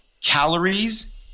Calories